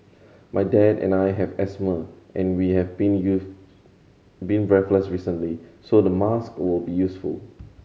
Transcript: my dad and I have asthma and we have been use been breathless recently so the mask will be useful